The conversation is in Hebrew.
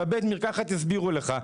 בבית המרקחת יסבירו לך".